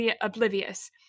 oblivious